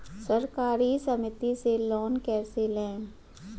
सहकारी समिति से लोन कैसे लें?